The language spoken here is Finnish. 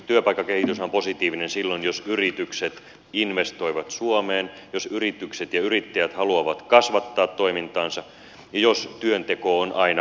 työpaikkakehityshän on positiivinen silloin jos yritykset investoivat suomeen jos yritykset ja yrittäjät haluavat kasvattaa toimintaansa ja jos työnteko on aina palkitsevaa